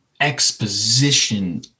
exposition